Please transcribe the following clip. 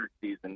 season